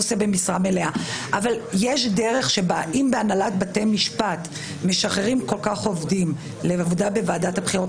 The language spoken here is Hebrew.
אם בהנהלת בתי המשפט משחררים עובדים לעבודה בוועדת הבחירות,